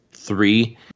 Three